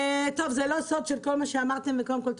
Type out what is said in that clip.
זה לא סוד כל מה שאמרתם קודם כול,